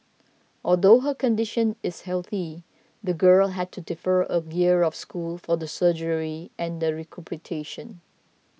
although her condition is healthy the girl had to defer a year of school for the surgery and the recuperation